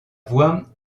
voix